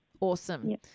Awesome